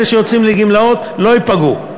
אלה שיוצאים לגמלאות לא ייפגעו.